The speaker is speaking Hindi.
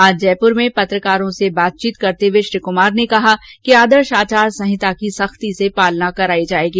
आज जयपुर में पत्रकारों से बातचीत करते हुए श्री कुमार ने कहा कि आदर्श आचार संहिता की सख्ती से पालना करायी जाएगी